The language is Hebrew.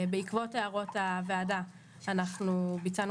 בעקבות הערות הוועדה אנחנו ביצענו